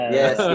Yes